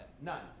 none